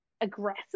aggressive